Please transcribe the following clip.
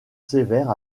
sévère